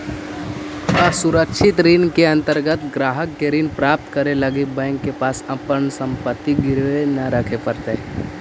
असुरक्षित ऋण के अंतर्गत ग्राहक के ऋण प्राप्त करे लगी बैंक के पास अपन संपत्ति गिरवी न रखे पड़ऽ हइ